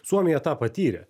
suomija tą patyrė